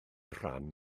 rhan